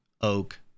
oak